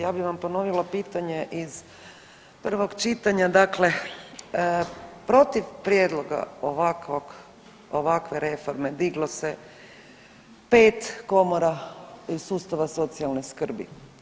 Ja bi vam ponovila pitanje iz prvog čitanja, dakle protiv prijedloga ovakvog, ovakve reforme diglo se 5 komora iz sustava socijalne skrbi.